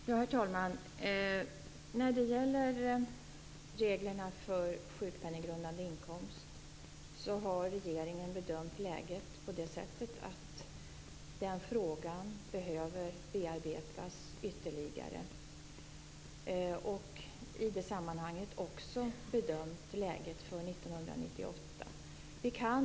Herr talman! När det gäller reglerna för sjukpenninggrundande inkomst har regeringen bedömt att den frågan behöver bearbetas ytterligare. I det sammanhanget har också läget för 1998 bedömts.